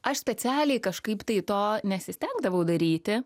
aš specialiai kažkaip tai to nesistengdavau daryti